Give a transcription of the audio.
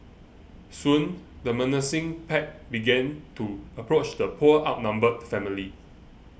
soon the menacing pack began to approach the poor outnumbered family